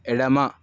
ఎడమ